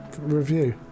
review